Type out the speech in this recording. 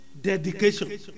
dedication